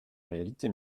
réalité